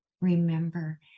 remember